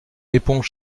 éponge